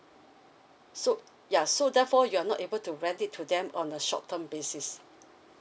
so ya so therefore you're not able to rent it to them on a short term basis